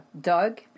dog